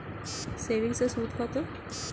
সেভিংসে সুদ কত?